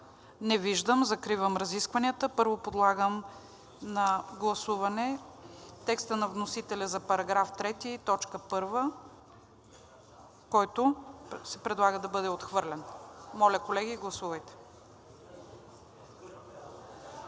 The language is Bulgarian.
Не виждам. Закривам разискванията. Първо подлагам на гласуване текста на вносителя за § 3, т. 1, който се предлага да бъде отхвърлен. Гласували